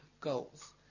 Goals